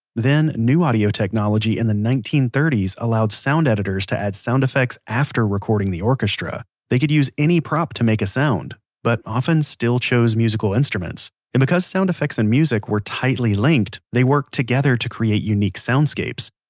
then, new audio technology in the nineteen thirty s allowed sound editors to add sound effects after recording the orchestra. they could use any prop to make a sound, but often still chose musical instruments and because sound effects and music were tightly linked, they worked together to create unique soundscapes.